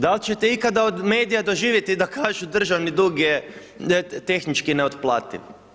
Dal' će te ikada od medija doživjeti da kažu državni dug je tehnički neotplativ?